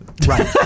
Right